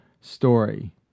Story